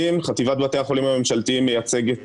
לכן אני אומר, עוד שבועיים, לא יקרה שום דבר.